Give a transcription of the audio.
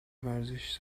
ورزش